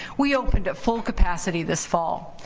we opened at full capacity this fall.